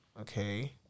Okay